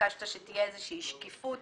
מצדיקים את ביטול הרישיון או את התלייתו".